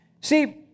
See